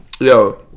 yo